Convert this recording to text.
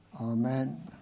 Amen